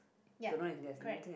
ya correct